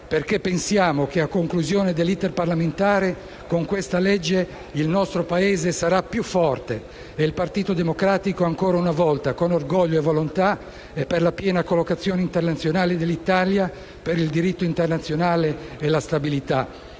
perché pensiamo che a conclusione dell'*iter* parlamentare, con questa legge, il nostro Paese sarà più forte e il Partito Democratico, ancora una volta, con orgoglio e volontà, è per la piena collocazione internazionale dell'Italia, per il diritto internazionale e la stabilità,